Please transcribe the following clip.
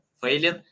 failing